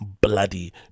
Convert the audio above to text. bloody